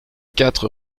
quatre